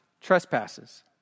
trespasses